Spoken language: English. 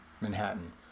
Manhattan